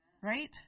right